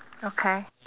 okay